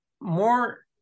more